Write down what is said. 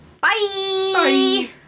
Bye